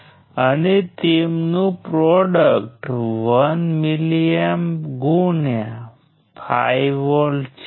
તેથી જો તમારી પાસે N નોડ્સ હોય તો સર્કિટ માટેના ટ્રીમાં N માઈનસ 1 બ્રાન્ચીઝ હશે